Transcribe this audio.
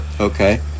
Okay